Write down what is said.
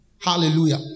Hallelujah